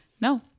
No